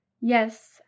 Yes